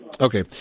Okay